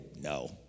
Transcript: No